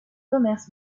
commerce